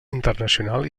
internacional